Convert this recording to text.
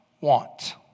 want